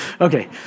Okay